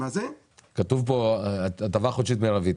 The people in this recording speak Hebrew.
כתוב פה, הטבה חודשית מרבית.